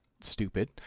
stupid